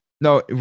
No